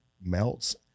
melts